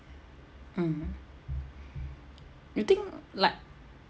mm you think like